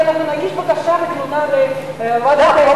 כי אנחנו נגיש בקשה ותלונה לוועדת האתיקה,